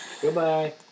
Goodbye